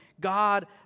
God